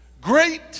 great